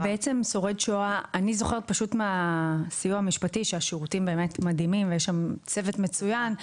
אני זוכרת מהסיוע המשפטי שהשירותים מדהימים ויש שם צוות מצוין,